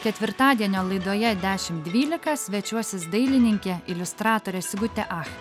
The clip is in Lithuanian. ketvirtadienio laidoje dešimt dvylika svečiuosis dailininkė iliustratorė sigutė ach